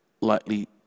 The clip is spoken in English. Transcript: likely